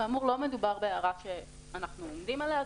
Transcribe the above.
כאמור, לא מדובר בהערה שאנחנו עומדים עליה.